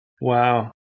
Wow